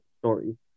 story